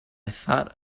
thought